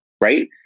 right